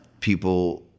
people